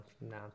no